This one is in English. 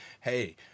hey